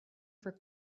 for